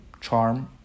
charm